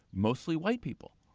mostly white people.